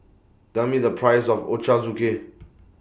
Tell Me The Price of Ochazuke